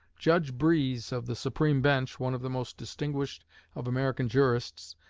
judge breese of the supreme bench one of the most distinguished of american jurists,